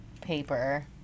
paper